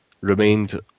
remained